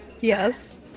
Yes